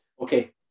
okay